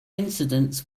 instances